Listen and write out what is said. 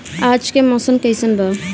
आज के मौसम कइसन बा?